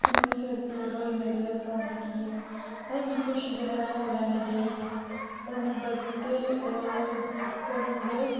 किन्नी सिर पीड़ होई मेरे एयरफोन दिक्खियै में इ'न्नी खुशी कन्नै एयरफोन लैने गेई ही पर इन्ने भद्दे होर गंदे